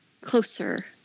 Closer